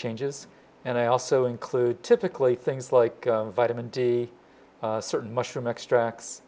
changes and i also include typically things like vitamin d certain mushroom extracts